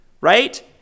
right